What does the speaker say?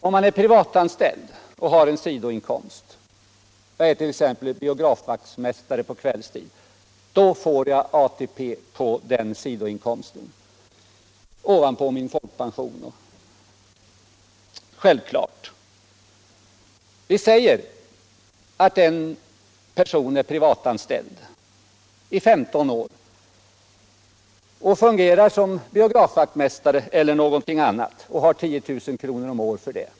Om jag är privatanställd och har en sidoinkomst, t.ex. som biografvaktmästare på kvällstid, får jag ATP på den sidoinkomsten ovanpå min folkpension — självfallet. Vi säger att en person är privatanställd och fungerar t.ex. som biografvaktmästare och har 10 000 kr. om året för det.